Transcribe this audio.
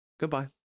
Goodbye